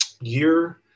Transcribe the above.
year